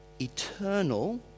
eternal